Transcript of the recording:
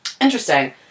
Interesting